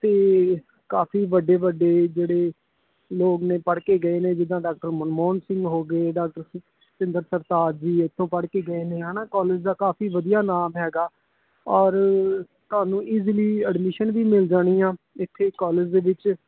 ਅਤੇ ਕਾਫੀ ਵੱਡੇ ਵੱਡੇ ਜਿਹੜੇ ਲੋਕ ਨੇ ਪੜ੍ਹ ਕੇ ਗਏ ਨੇ ਜਿੱਦਾਂ ਡਾਕਟਰ ਮਨਮੋਹਨ ਸਿੰਘ ਹੋ ਗਏ ਡਾਕਟਰ ਸਤਿੰਦਰ ਸਰਤਾਜ ਜੀ ਇੱਥੋਂ ਪੜ੍ਹ ਕੇ ਗਏ ਨੇ ਹੈ ਨਾ ਕਾਲਜ ਦਾ ਕਾਫੀ ਵਧੀਆ ਨਾਮ ਹੈਗਾ ਔਰ ਤੁਹਾਨੂੰ ਇਜ਼ਲੀ ਐਡਮਿਸ਼ਨ ਵੀ ਮਿਲ ਜਾਣੀ ਆ ਇੱਥੇ ਕਾਲਜ ਦੇ ਵਿੱਚ